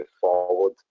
forward